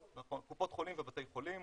קופות חולים ובתי חולים.